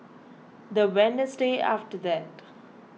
the Wednesday after that